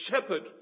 shepherd